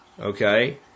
okay